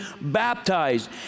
baptized